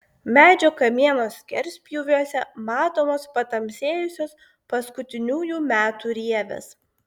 medžio kamieno skerspjūviuose matomos patamsėjusios paskutiniųjų metų rievės